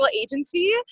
agency